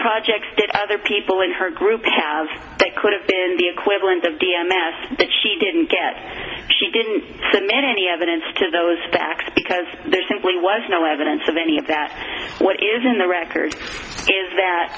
projects did other people in her group have they could have been the equivalent of v m s that she didn't get she didn't demand any evidence to those facts because there simply was no evidence of any of that what is in the record is that